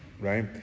Right